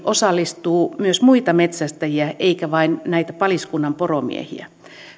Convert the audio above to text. osallistuu myös muita metsästäjiä eikä vain näitä paliskunnan poromiehiä